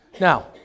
Now